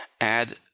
add